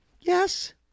yes